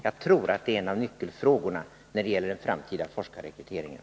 Jag tror att det är en av nyckelfrågorna när det gäller den framtida forskarrekryteringen.